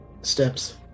steps